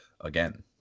again